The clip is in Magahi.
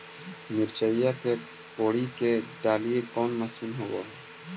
मिरचा के कोड़ई के डालीय कोन मशीन होबहय?